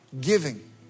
Giving